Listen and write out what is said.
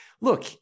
Look